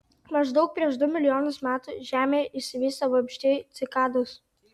maždaug prieš du milijonus metų žemėje išsivystė vabzdžiai cikados